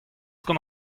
gant